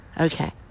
Okay